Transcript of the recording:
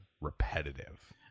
repetitive